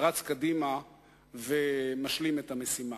רץ קדימה ומשלים את המשימה.